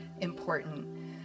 important